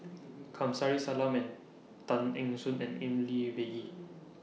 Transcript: Kamsari Salam and Tan Eng Soon and in Lee Peh Gee